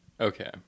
Okay